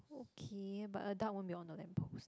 okay but a duck won't be on a lamppost